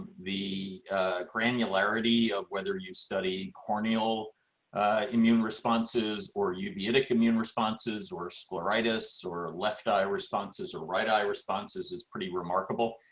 the granularity of whether you study corneal immune responses or uveitic immune responses or scleritis or left eye responses or right eye responses is pretty remarkable.